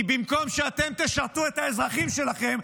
כי במקום שאתם תשרתו את האזרחים שלכם,